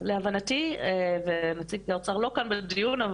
להבנתי נציג האוצר לא כאן בדיון,